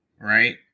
right